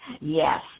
Yes